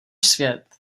svět